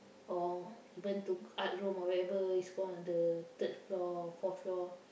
oh even to art room or whenever it's gonna on the third floor fourth floor